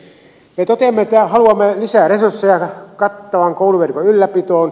me toteamme että haluamme lisää resursseja kattavan kouluverkon ylläpitoon